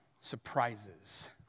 surprises